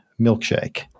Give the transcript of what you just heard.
milkshake